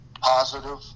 positive